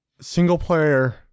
single-player